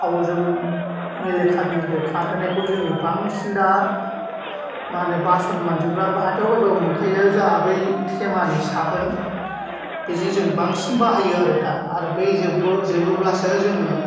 थाव जों मेलेखा मेलेखि खारहोनायखौ जों बांसिन दा मा होनो बासोन मानजिग्रा हाथायाव बायबाबो मोनखायो जोंहा बै थेमानि साबोन बेजों जों बांसिन बाहायो आरो दा आरो बै जोबोब्लासो जोङो